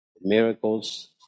miracles